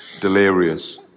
delirious